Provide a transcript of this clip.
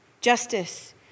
Justice